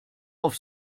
auf